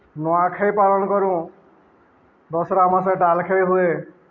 ନୂଆଖାଇ ପାଳନ କରୁ ଦଶ୍ରା ମାସେ ଡାଲ୍ଖାଇ ହୁଏ